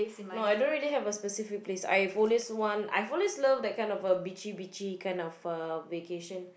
no I don't really have a specific place I've always want I've always love that kind of a beachy beachy kind of uh vacation